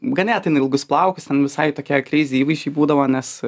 ganėtinai ilgus plaukus ten visai tokie kreizi įvaizdžiai būdavo nes